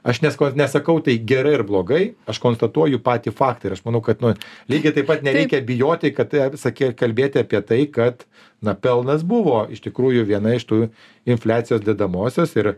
aš nesakau nesakau tai gerai ar blogai aš konstatuoju patį faktą ir aš manau kad nu lygiai taip pat nereikia bijoti kad tai ar saky kalbėti apie tai kad na pelnas buvo iš tikrųjų viena iš tų infliacijos dedamosios ir